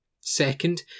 Second